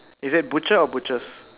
is it a butcher or butchers